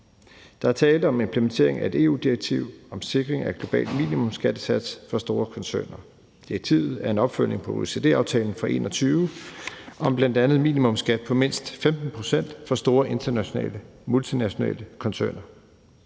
Der er tale om en implementering af et EU-direktiv om sikring af en global minimumsskattesats for store koncerner. Direktivet er en opfølgning på OECD-aftalen fra 2021 om bl.a. en minimumsskat på mindst 15 pct. for store internationale og multinationale koncerner.